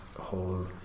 whole